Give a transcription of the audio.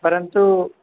परन्तु